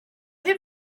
did